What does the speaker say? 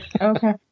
Okay